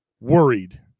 worried